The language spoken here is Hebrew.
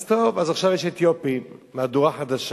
אז טוב, אז עכשיו יש אתיופים, מהדורה חדשה.